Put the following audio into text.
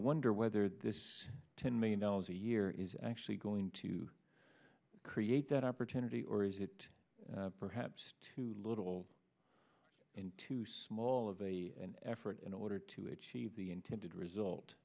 wonder whether this ten million dollars a year is actually going to create that opportunity or is it perhaps too little too small of a effort in order to achieve the intended